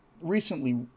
recently